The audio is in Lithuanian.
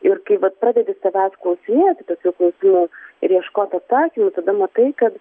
ir kai vat pradedi savęs klausinėti tokiu būdu ir ieškot atsakymų tada matai kad